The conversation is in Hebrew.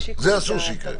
זה אסור שיקרה.